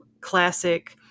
classic